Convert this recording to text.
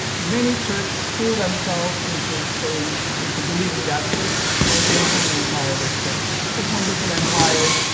many turks fool themselves into saying, into believing that oh, the ottoman empire was such a wonderful empire.